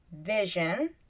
vision